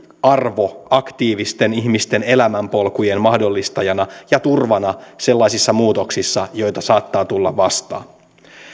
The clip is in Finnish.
arvo aktiivisten ihmisten elämänpolkujen mahdollistajana ja turvana sellaisissa muutoksissa joita saattaa tulla vastaan